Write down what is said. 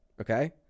okay